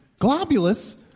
Globulus